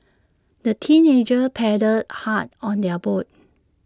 the teenagers paddled hard on their boat